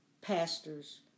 pastors